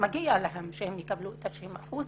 מגיע להם שהם יקבלו 90 אחוזים